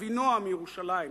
אבינועם מירושלים,